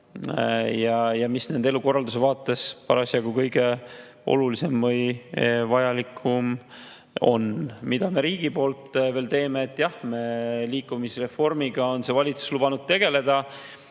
ja mis nende elukorralduse vaates parasjagu kõige olulisem või vajalikum on. Mida me riigi poolt veel teeme? Jah, liikumisreformiga on see valitsus lubanud tegeleda